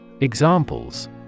Examples